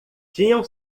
tinham